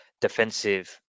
defensive